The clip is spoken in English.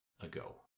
ago